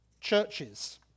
churches